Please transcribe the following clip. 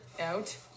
out